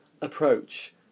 approach